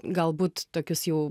galbūt tokius jau